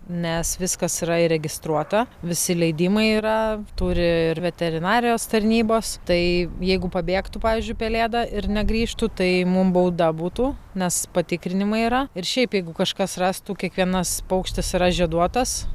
nes viskas yra įregistruota visi leidimai yra turi ir veterinarijos tarnybos tai jeigu pabėgtų pavyzdžiui pelėda ir negrįžtų tai mum bauda būtų nes patikrinimai yra ir šiaip jeigu kažkas rastų kiekvienas paukštis yra žieduotas